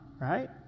right